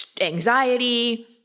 anxiety